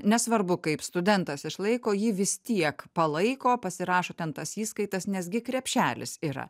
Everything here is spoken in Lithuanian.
nesvarbu kaip studentas išlaiko jį vis tiek palaiko pasirašo ten tas įskaitas nes gi krepšelis yra